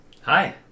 Hi